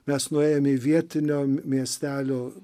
mes nuėjome į vietinio miestelio